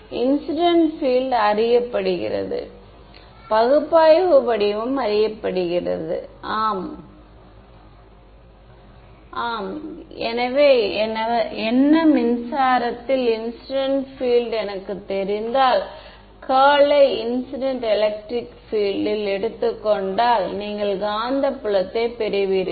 இந்த டெர்மிற்கு மின்சார துறையில் 3 வெக்டர்கள் உள்ளன